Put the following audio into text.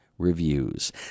Reviews